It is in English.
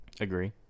Agree